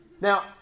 Now